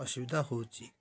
ଅସୁବିଧା ହେଉଛି